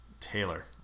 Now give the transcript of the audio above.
Taylor